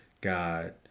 God